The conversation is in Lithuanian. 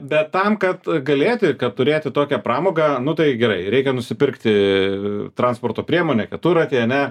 bet tam kad galėti kad turėti tokią pramogą nu tai gerai reikia nusipirkti transporto priemonę keturratį ane